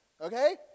okay